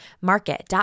Market